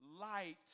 light